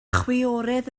chwiorydd